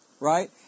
Right